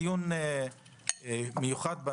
על זה יהיה דיון מיוחד.